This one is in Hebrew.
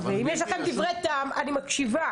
ואם יש לכם דברי טעם אני מקשיבה.